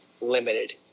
limited